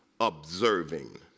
Observing